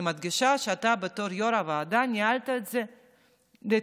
אני מדגישה שאתה בתור יו"ר הוועדה ניהלת את זה לתפארת,